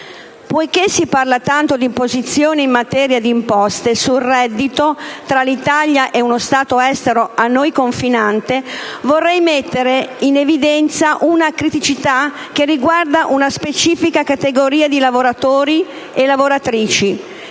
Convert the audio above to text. Poiché si parla tanto di imposizioni in materia di imposte sul reddito tra l'Italia e uno Stato estero a noi confinante, vorrei mettere in evidenza una criticità che riguarda una specifica categoria di lavoratori e lavoratrici